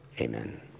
Amen